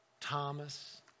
Thomas